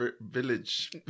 Village